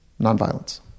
nonviolence